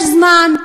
יש זמן,